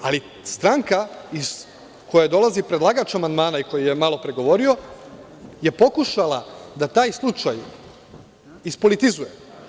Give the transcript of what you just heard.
Ali, stranka iz koje dolazi predlagač amandmana i koji je malopre govorio, je pokušala da taj slučaj ispolitizuje.